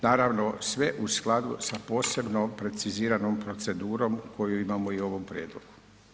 Naravno sve u skladu sa posebno preciziranom procedurom koju imamo i u ovom prijedlogu.